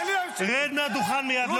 רד מהדוכן מייד.